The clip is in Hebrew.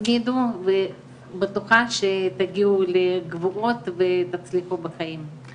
תתמידו ובטוחה שתגיעו לגבורות ותצליחו בחיים.